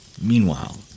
Meanwhile